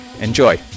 enjoy